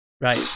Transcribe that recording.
Right